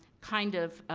kind of,